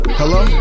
hello